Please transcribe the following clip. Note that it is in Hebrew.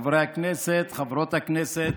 חברי הכנסת, חברות הכנסת,